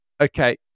Okay